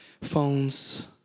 Phones